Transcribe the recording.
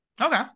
Okay